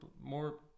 more